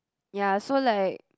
ya so like